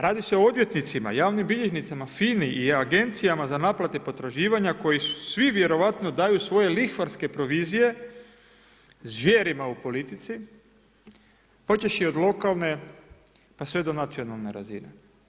Radi se o odvjetnicima, javnim bilježnicima, FINA-i i agencijama za naplate potraživanja koji svi vjerojatno daju svoje lihvarske provizije zvijerima u politici, počevši od lokalne pa sve do nacionalne razine.